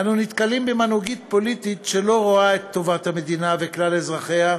אנו נתקלים במנהיגות פוליטית שלא רואה את טובת המדינה וכלל אזרחיה,